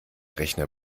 rechner